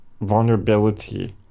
vulnerability